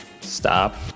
Stop